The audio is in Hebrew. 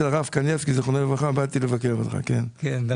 אני חושב שזו שערורייה שאין כדוגמתה; אני חושב שוועדת